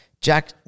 Jack